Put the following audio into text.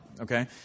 okay